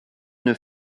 nœud